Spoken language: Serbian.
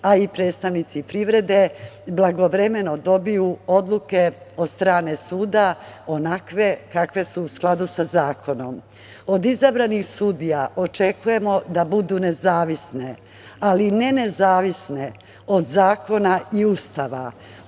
a i predstavnici privrede blagovremeno dobiju odluke od strane suda, onakve kakve su u skladu sa zakonom. Od izabranih sudija očekujemo da budu nezavisne, ali ne nezavisne od zakona i Ustava.